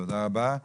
תודה רבה.